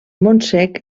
montsec